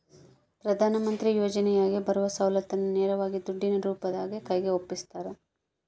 ಪ್ರಧಾನ ಮಂತ್ರಿ ಯೋಜನೆಯಾಗ ಬರುವ ಸೌಲತ್ತನ್ನ ನೇರವಾಗಿ ದುಡ್ಡಿನ ರೂಪದಾಗ ಕೈಗೆ ಒಪ್ಪಿಸ್ತಾರ?